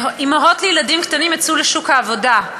ואימהות לילדים קטנים יצאו לשוק העבודה.